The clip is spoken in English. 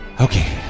Okay